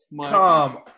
Come